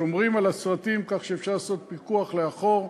שומרים על הסרטים, כך שאפשר לעשות פיקוח לאחור,